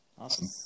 Awesome